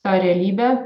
tą realybę